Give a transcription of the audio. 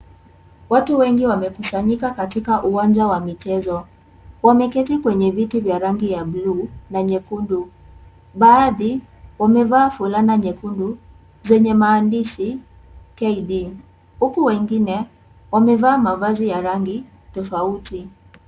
Watu wengi wamekusanyika katika uwanja wa michezo, wameketi kwenye viti vya rangi ya bluu na nyekundu. Baadhi wamevaa fulana nyekundu zenye maandishi KD huku wengine wamevaa mavazi ya rangi tofauti.